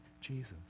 Jesus